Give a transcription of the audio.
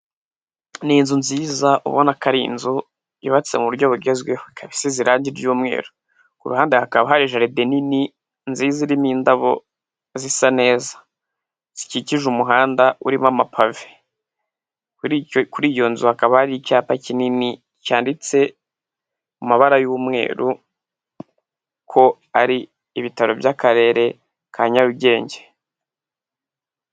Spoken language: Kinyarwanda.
Ni nzu nziza ubona ko ari inzu yubatse mu buryo bugezweho, ikaba isize irangi by'umweru. Ku ruhande hakaba hari jeride nini nziza irimo indabo zisa neza. Zikikije umuhanda urimo ama pavi. Kuri iyo nzu hakaba hari icyapa kinini cyanditse mu mabara y'umweru, ko ari ibitaro by'Akarere ka Nyarugenge.